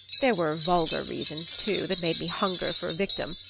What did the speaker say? there were vulgar reasons, too, that made me hunger for a victim.